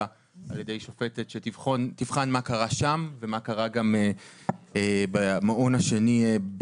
על ידי שופטת שתבחן מה קרה שם ומה קרה במעון בשרון.